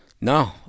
No